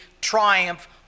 triumph